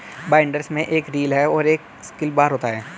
binders में एक reel और एक सिकल बार होता है